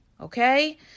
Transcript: Okay